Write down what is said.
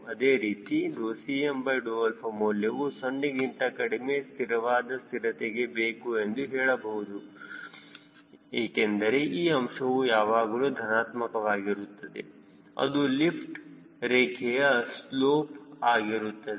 ಅದೇ ರೀತಿ Cm ಮೌಲ್ಯವು 0ಗಿಂತ ಕಡಿಮೆ ಸ್ಥಿರವಾದ ಸ್ಥಿರತೆಗೆ ಬೇಕು ಎಂದು ಹೇಳಬಹುದು ಏಕೆಂದರೆ ಈ ಅಂಶವು ಯಾವಾಗಲೂ ಧನಾತ್ಮಕವಾಗಿ ಇರುತ್ತದೆ ಅದು ಲಿಫ್ಟ್ ರೇಖೆಯ ಸ್ಲೋಪ್ ಆಗಿರುತ್ತದೆ